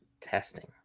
testing